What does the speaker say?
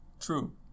True